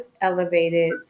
Elevated